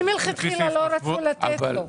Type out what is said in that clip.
כי מלכתחילה לא רצו לתת לו?